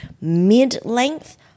mid-length